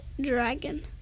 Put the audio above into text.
dragon